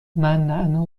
نعنا